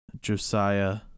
Josiah